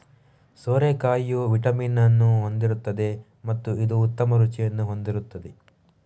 ಸೋರೆಕಾಯಿಯು vitamin ಅನ್ನು ಹೊಂದಿರುತ್ತದೆ ಮತ್ತು ಇದು ಉತ್ತಮ ರುಚಿಯನ್ನು ಹೊಂದಿರುತ್ತದೆ